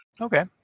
okay